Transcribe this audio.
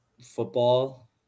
football